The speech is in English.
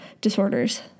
disorders